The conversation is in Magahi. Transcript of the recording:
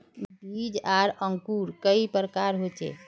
बीज आर अंकूर कई प्रकार होचे?